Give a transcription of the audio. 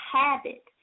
habit